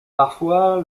parfois